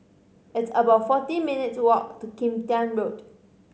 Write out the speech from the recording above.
it's about forty minutes' walk to Kim Tian Road